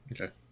Okay